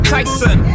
Tyson